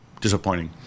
disappointing